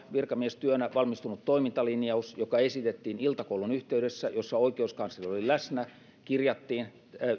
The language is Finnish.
virkamiestyönä valmistunut toimintalinjaus joka esitettiin iltakoulun yhteydessä jossa oikeuskansleri oli läsnä kirjattiin